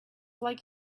like